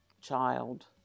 child